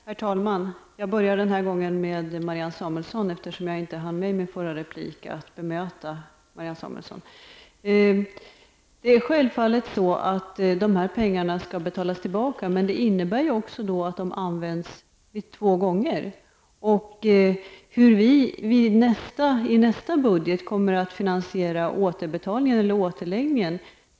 Herr talman! Jag börjar denna gång med Marianne Samuelsson, eftersom jag inte hann bemöta henne i min förra replik. Det är självklart att pengarna skall betalas tillbaka. Det innebär också att de används två gånger. Men vi har inte skrivit något i betänkandet om hur vi i nästa budget skall finansiera återläggningen.